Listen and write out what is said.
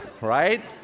right